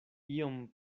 iom